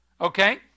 Okay